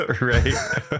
right